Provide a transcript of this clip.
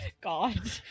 god